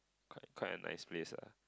quite quite a nice place lah